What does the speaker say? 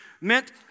meant